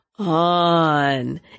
On